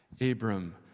Abram